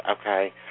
okay